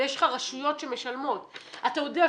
ויש לך רשויות שמשלמות.